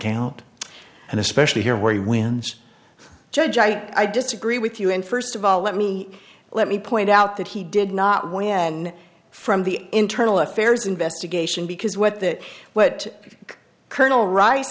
count and especially here where he wins a judge i disagree with you and first of all let me let me point out that he did not win from the internal affairs investigation because what that what colonel ri